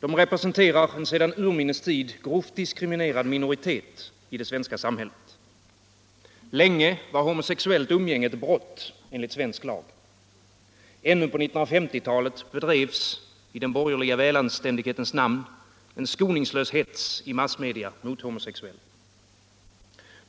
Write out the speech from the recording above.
De representerar en sedan urminnes tid grovt diskriminerad minoritet i det svenska samhället. Länge var homosexuellt umgänge ett brott enligt svensk lag. Ännu på 1950-talet drevs i den borgerliga välanständighetens namn en skoningslös hets i massmedia mot homosexuella.